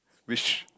which